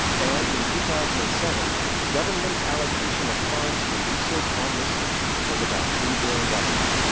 and in two thousand and seven, the government's allocation of funds for research on this issue was about three billion dollars.